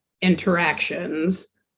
interactions